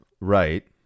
right